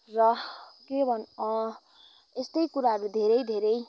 र के गर्नु यस्तै कुराहरू धेरै धेरै